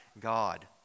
God